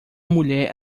mulher